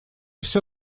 все